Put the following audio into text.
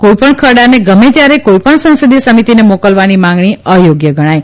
કોઇપણ ખરડાને ગમે ત્યારે કોઇપણ સંસદિથ સમિતિને મોકલવાની માગણી અચોગ્ય ગણાય